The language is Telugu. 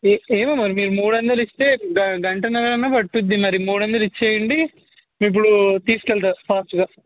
ఏ ఏమో మరి మీరు మూడు వందలు ఇస్తే గ గంటన్నర అన్న పట్టుద్ది మరి మూడు వందలు ఇవ్వండి మీ ఇప్పుడు తీసుకు వెళ్తాను ఫాస్ట్గా